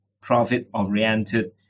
profit-oriented